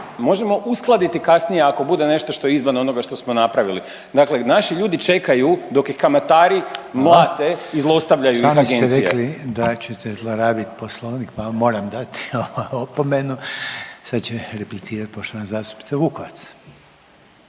možemo uskladiti kasnije ako bude nešto što je izvan onoga što smo napravili. Dakle, naši ljudi čekaju dok ih kamatari …/Upadica: Hvala./… mlate i zlostavljaju iz agencije. **Reiner, Željko (HDZ)** Sami ste rekli da ćete zlorabiti Poslovnik pa vam moram dati ovaj opomenu. Sad će replicirati poštovana zastupnica Vukovac.